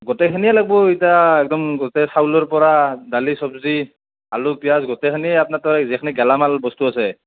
গোটেইখিনিয়ে লাগিব ইতা একদম গোটেই চাউলৰ পৰা দালি চবজি আলু পিয়াজ গোটেইখিনি আপোনাৰ তাৰপৰা যিখিনি গেলামাল বস্তু আছে